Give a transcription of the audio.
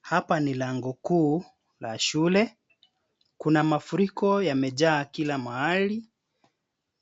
Hapa ni lango kuu la shule. Kuna mafuriko yamejaa kila mahali